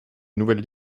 nouvelles